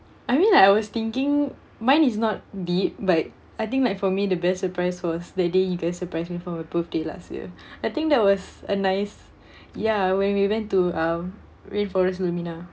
I mean like I always thinking mine is not deep but I think like for me the best surprise was the day you guys surprised me for my birthday last year I think that was a nice ya when we went to um rainforest lumina